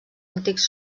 antics